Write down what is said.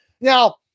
Now